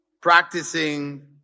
practicing